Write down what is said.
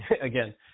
again